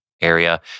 area